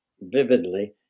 vividly